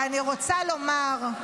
ואני רוצה לומר,